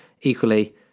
Equally